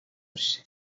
биш